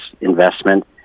investment